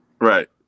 Right